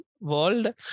world